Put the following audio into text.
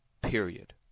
period